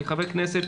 כחברי כנסת,